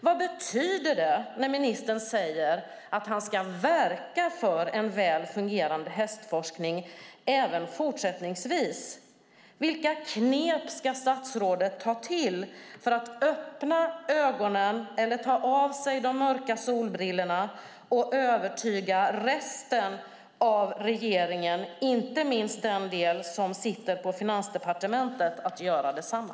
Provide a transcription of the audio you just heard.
Vad betyder det när ministern säger att han ska verka för en väl fungerande hästforskning även fortsättningsvis? Vilka knep ska statsrådet ta till för att öppna ögonen eller ta av sig de mörka solbrillorna och förmå resten av regeringen, inte minst den del som sitter på Finansdepartementet, att göra detsamma?